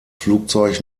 flugzeug